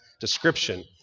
description